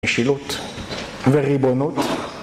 משילות וריבונות